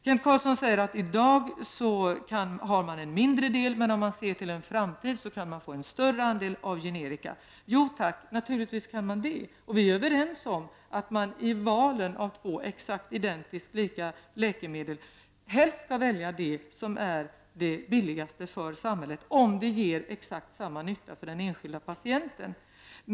Kent Carlsson säger att man i dag har en mindre del men att man i framtiden kan få en större andel av generika. Ja, naturligtvis kan man det. Och vi är överens om att man i valet mellan två identiskt lika läkemedel helst skall välja det som är billigast för samhället, om det gör exakt samma nytta för den enskilda patienten.